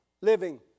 living